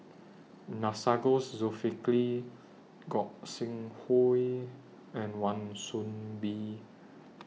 Masagos Zulkifli Gog Sing Hooi and Wan Soon Bee